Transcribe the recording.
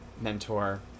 mentor